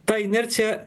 ta inercija